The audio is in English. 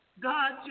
God